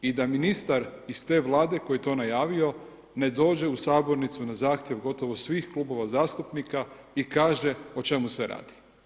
I da ministar iz te Vlade koji je to najavio ne dođe u sabornicu na zahtjev gotovo svih klubova zastupnika i kaže o čemu se radi.